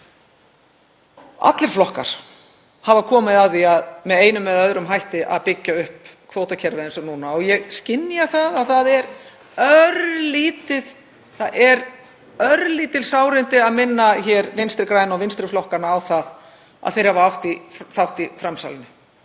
Allir flokkar hafa komið að því með einum eða öðrum hætti að byggja upp kvótakerfið og ég skynja að það eru örlítil sárindi að minna Vinstri græna og vinstri flokkana á að þeir hafi átt í þátt í framsalinu,